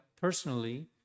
personally